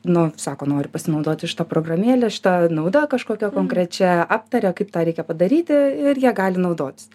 nu sako noriu pasinaudoti šita programėle šita nauda kažkokia konkrečia aptaria kaip tą reikia padaryti ir jie gali naudotis